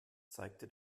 zeigte